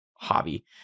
hobby